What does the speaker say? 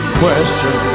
question